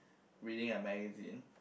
reading a magazine